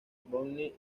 bonnie